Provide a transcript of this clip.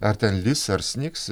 ar ten lis ar snigs